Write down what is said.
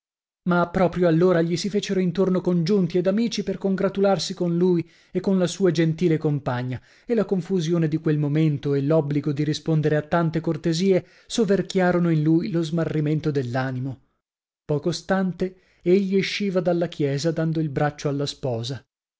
ma proprio allora gli si fecero intorno congiunti ed amici per congratularsi con lui e con la sua gentile compagna e la confusione di quel momento e l'obbligo di rispondere a tante cortesie soverchiarono in lui lo smarrimento dell'animo poco stante egli esciva dalla chiesa dando il braccio alla sposa